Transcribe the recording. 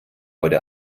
heute